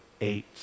eight